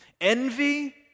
envy